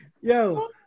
Yo